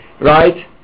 right